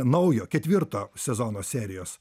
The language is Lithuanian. naujo ketvirto sezono serijos